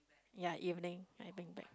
ya evening I bring back